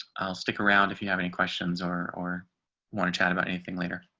i'll stick around if you have any questions or or want to chat about anything later.